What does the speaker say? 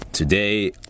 Today